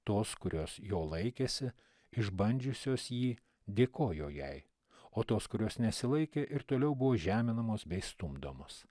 tos kurios jo laikėsi išbandžiusios jį dėkojo jai o tos kurios nesilaikė ir toliau buvo žeminamos bei stumdomos